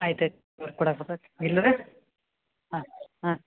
ಆಯ್ತು ಆಯ್ತು ಕೊಡಾಕ ಬರ್ತೈತೆ ಇಲ್ರಿ ಹಾಂ ಹಾಂ